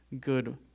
good